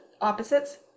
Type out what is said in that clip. opposites